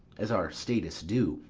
as our statists do,